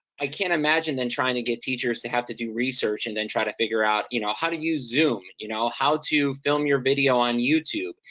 i can't imagine then trying to get teachers to have to do research and then try to figure out, you know, how to use zoom, you know? how to film your video on youtube,